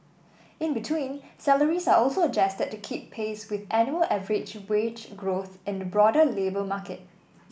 in between salaries are also adjusted to keep pace with annual average wage growth in the broader labour market